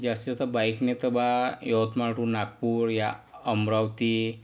मी जास्तीत जास्त बाईकने तर बा यवतमाळ टू नागपूर या अमरावती